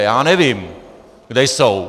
Já nevím, kde jsou.